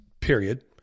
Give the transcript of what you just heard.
period